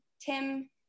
tim